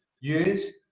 use